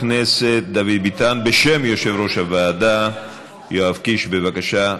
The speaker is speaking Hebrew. דוד ביטן בשם יושב-ראש הוועדה יואב קיש, בבקשה.